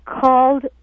called